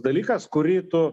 dalykas kurį tu